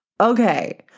okay